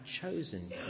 chosen